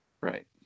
right